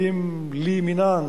שמעמידים לימינן,